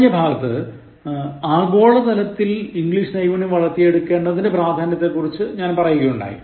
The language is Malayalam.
കഴിഞ്ഞ ഭാഗത്ത് ആഗോള തലത്തിൽ ഇംഗ്ലീഷ് നൈപുണ്യം വളർത്തിയെടുക്കെണ്ടതിന്റെ പ്രാധാന്യത്തെക്കുറിച്ചു ഞാൻ പറയുകയുണ്ടായി